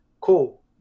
cool